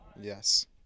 Yes